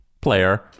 player